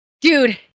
Dude